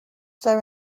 there